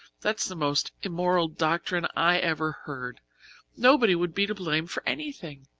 that's the most immoral doctrine i ever heard nobody would be to blame for anything.